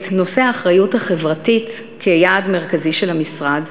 נושא האחריות החברתית כיעד מרכזי של המשרד,